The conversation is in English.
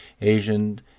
Asian